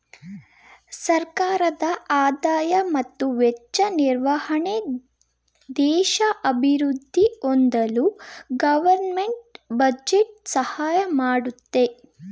ಸರ್ಕಾರದ ಆದಾಯ ಮತ್ತು ವೆಚ್ಚ ನಿರ್ವಹಣೆ ದೇಶ ಅಭಿವೃದ್ಧಿ ಹೊಂದಲು ಗೌರ್ನಮೆಂಟ್ ಬಜೆಟ್ ಸಹಾಯ ಮಾಡುತ್ತೆ